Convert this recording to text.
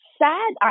sad